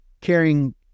carrying